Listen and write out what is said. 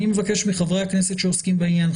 אני מבקש מחברי הכנסת שעוסקים בעניין,